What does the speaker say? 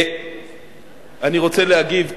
אני רוצה להגיב,